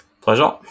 Pleasure